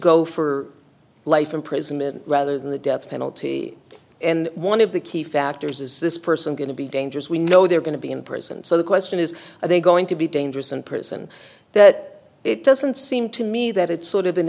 go for life imprisonment rather than the death penalty and one of the key factors is this person going to be dangerous we know they're going to be in prison so the question is are they going to be dangerous and prison that it doesn't seem to me that it's sort of an